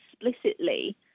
explicitly